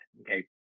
Okay